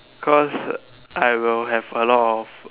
cause I will have a lot of